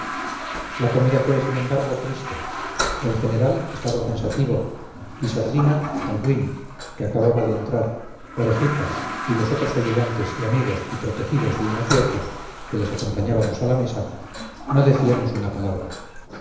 la comida fue sin embargo triste el general estaba pensativo y sardin albuín que acababa de entrar orejitas y los ayudantes y amigos y protegidos de unos y otros que les acompañábamos a la mesa no decíamos una palabra